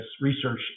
research